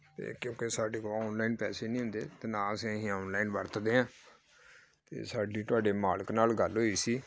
ਅਤੇ ਕਿਉਂਕਿ ਸਾਡੇ ਕੋਲ ਔਨਲਾਈਨ ਪੈਸੇ ਨਹੀਂ ਹੁੰਦੇ ਅਤੇ ਨਾ ਅਸੀਂ ਇਹ ਔਨਲਾਈਨ ਵਰਤਦੇ ਹਾਂ ਅਤੇ ਸਾਡੀ ਤੁਹਾਡੇ ਮਾਲਕ ਨਾਲ ਗੱਲ ਹੋਈ ਸੀ